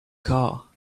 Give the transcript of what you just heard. car